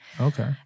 Okay